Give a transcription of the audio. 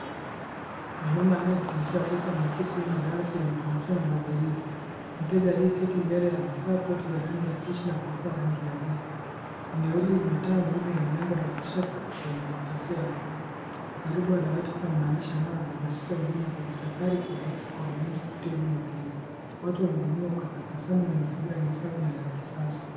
Mwanaume anayetumikia wateja ameketi nyuma ya dawati lenye kompyuta na majarida. Mteja aliyeketi mbele amevaa koti ya rangi ya jeshi na kofia ya rangi ya giza. Eneo hili lina taa nzuri na milango na dirisha lenye mapazio ya blue .Karibu ya dawati kuna maandishi yanayohamasisha huduma za serikali kwa urahisi kwa wananchi kupitia huduma Kenya. Watu wanahudumiwa kwa tabasamu na mazingira ni safi na ya kisasa.